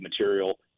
material